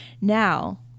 Now